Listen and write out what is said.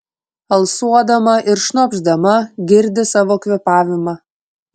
alsuodama ir šnopšdama girdi savo kvėpavimą